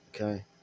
Okay